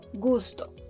gusto